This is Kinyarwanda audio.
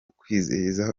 kwizihiza